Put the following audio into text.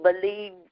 believe